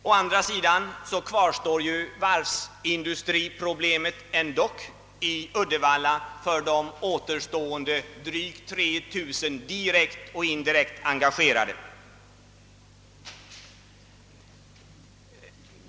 Å andra sidan kvarstår varvsindustriproblemet i Uddevalla ändock för de återstående drygt 3 000 direkt och indirekt engagerade.